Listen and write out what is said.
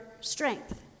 strength